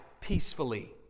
peacefully